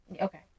Okay